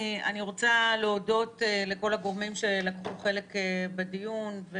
אני רוצה להודות לכל הגורמים שלקחו חלק בדיון.